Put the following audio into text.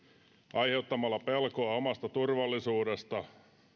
aiheuttamalla pelkoa omasta turvallisuudesta